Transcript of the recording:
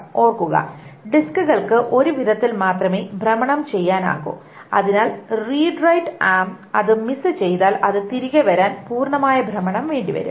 ഓർക്കുക ഡിസ്കുകൾക്ക് ഒരു വിധത്തിൽ മാത്രമേ ഭ്രമണം ചെയ്യാനാകൂ അതിനാൽ റീഡ് റൈറ്റ് ആം അത് മിസ് ചെയ്താൽ അത് തിരികെ വരാൻ പൂർണ്ണമായ ഭ്രമണം വേണ്ടിവരും